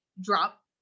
drop